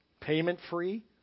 payment-free